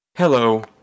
Hello